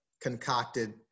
concocted